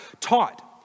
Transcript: taught